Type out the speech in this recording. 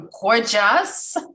Gorgeous